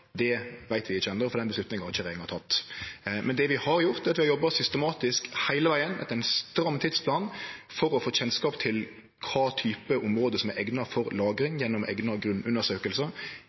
veit vi ikkje enno, for den avgjerda har ikkje regjeringa teke. Men det vi har gjort, er at vi har jobba systematisk heile vegen, etter ein stram tidsplan, for å få kjennskap til kva type område som er eigna for lagring, gjennom